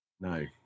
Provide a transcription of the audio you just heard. No